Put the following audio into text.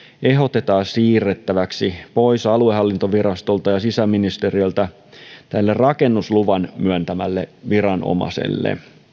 ehdotetaan siirrettäväksi pois aluehallintovirastolta ja sisäministeriöltä rakennusluvan myöntävälle viranomaiselle